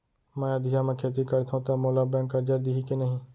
मैं अधिया म खेती करथंव त मोला बैंक करजा दिही के नही?